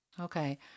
Okay